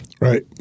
right